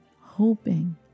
hoping